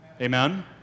Amen